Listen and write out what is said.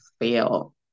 fail